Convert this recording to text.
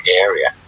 area